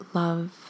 love